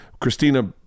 Christina